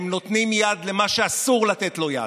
הם נותנים יד למה שאסור לתת לו יד,